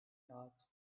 thought